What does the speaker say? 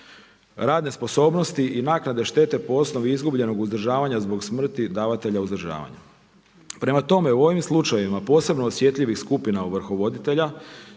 radne sposobnosti i naknade štete po osnovi izgubljenog uzdržavanja zbog smrti davatelja uzdržavanja. Prema tome, u ovim slučajevima posebno osjetljivih skupina ovrhovoditelja